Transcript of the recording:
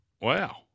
wow